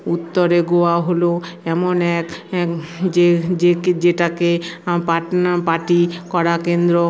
উত্তরে গোয়া হলো এমন এক এক যে যে যেটাকে পাটনা পার্টি করা কেন্দ্র